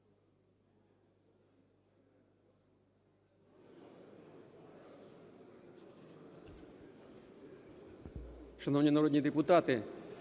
Шановні народні депутати,